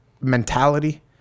mentality